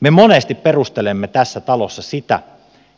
me monesti perustelemme tässä talossa sitä